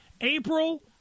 April